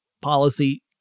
policy